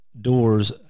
doors